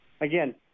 Again